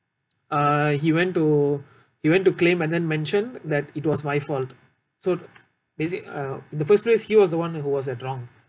uh he went to he went to claim and then mention that it was my fault so basi~ uh the first raise he was the one who was at wrong